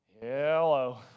hello